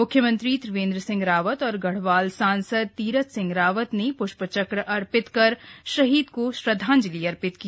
म्ख्यमंत्री त्रिवेंद्र सिंह रावत और गढ़वाल सांसद तीरथ सिंह रावत ने पुष्पचक्र अर्पित कर शहीद को श्रद्वांजलि अर्पित की